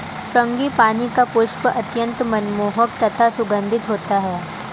frangipani का पुष्प अत्यंत मनमोहक तथा सुगंधित होता है